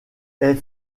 est